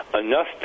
Enough